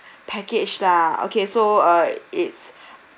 package ah okay so uh it's